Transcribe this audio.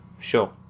sure